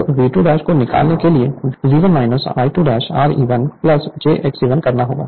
तो V2 को निकालने के लिए V1 I2 Re1 j Xe1 करना होगा